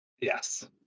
Yes